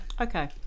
okay